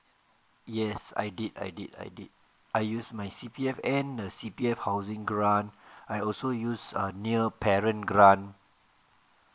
yes I did I did I did I use my C_P_F and the C_P_F housing grant I also use err near parent grant